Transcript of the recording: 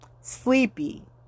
sleepy